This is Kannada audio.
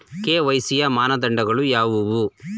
ಕೆ.ವೈ.ಸಿ ಮಾನದಂಡಗಳು ಯಾವುವು?